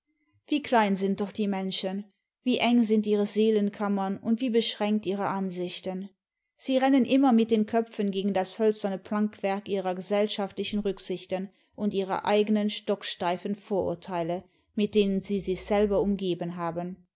wie klein sind doch die menschen wie eng sind ihre seelenkammern und wie beschränkt ihre ansichten sie rennen immer mit den köpfen gegen das hölzerne plankwerk ihrer gesellschaftlichen rücksichten und ihrer eigenen stocksteifen vorurteile mit denen sie sich selber umgeben haben